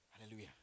Hallelujah